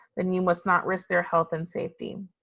then you must not risk their health and safety.